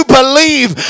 believe